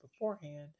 beforehand